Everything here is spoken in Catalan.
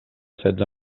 setze